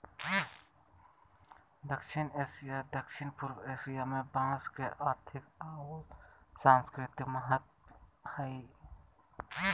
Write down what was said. दक्षिण एशिया, दक्षिण पूर्व एशिया में बांस के आर्थिक आऊ सांस्कृतिक महत्व हइ